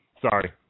Sorry